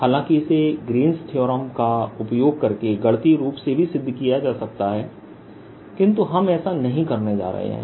हालाँकि इसे ग्रीन्स थीअरमGreen's Theorem का उपयोग करके गणितीय रूप से भी सिद्ध किया जा सकता है किंतु हम ऐसा नहीं करने जा रहे हैं